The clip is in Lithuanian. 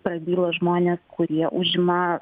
prabyla žmonės kurie užima